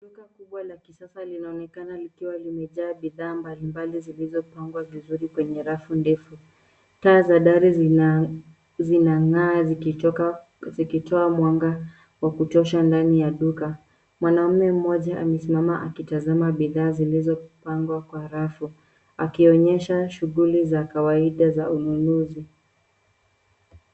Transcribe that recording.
Duka kubwa la kisasa linaonekana likiwa limejaa bidhaa mbalimbali zilizo pangwa vizuri kwenye rafu ndefu, taa za dari na zinangaa zikitoa mwanga wa kutosha ndani ya duka. Mwanaume mmoja amesimama akitazama bidhaa zilizo pangwa kwa rafu akionyesha shughuli za kawaida za ununuzi.